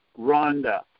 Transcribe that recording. Rhonda